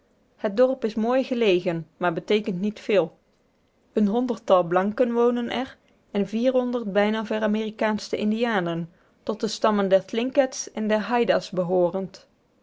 het dorp is mooi gelegen maar beteekent niet veel een honderdtal blanken wonen er en bijna veramerikaanschte indianen tot de stammen der thlinkets en der haida's behoorend